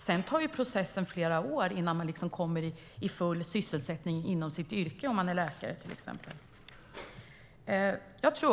Sedan tar processen flera år innan man kommer i full sysselsättning inom sitt yrke, om man är läkare, till exempel.